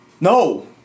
No